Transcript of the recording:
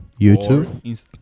YouTube